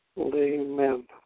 Amen